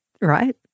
right